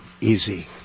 easy